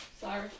sorry